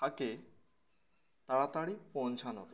থাকে তাড়াতাড়ি পৌঁচানো